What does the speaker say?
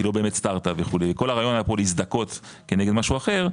היא לא באמת סטארט אפ וכו' וכל הרעיון היה פה להזדכות כנגד משהו אחר,